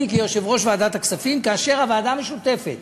כיושב-ראש ועדת הכספים כאשר הוועדה המשותפת